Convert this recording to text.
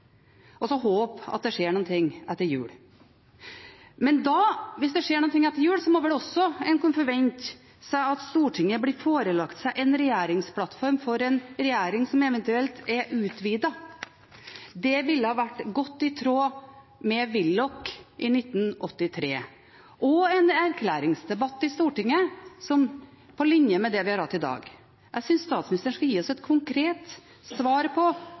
og så håpe at det skjer noe etter jul. Men hvis det skjer noe etter jul, må en vel kunne forvente at Stortinget da blir forelagt en regjeringsplattform for en regjering som eventuelt er utvidet – det ville vært godt i tråd med Willoch i 1983 – og at det blir en erklæringsdebatt i Stortinget, på linje med det vi har hatt i dag. Jeg synes statsministeren skal gi oss et konkret svar på